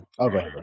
okay